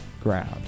ground